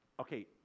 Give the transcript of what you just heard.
okay